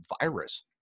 virus